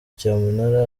cyamunara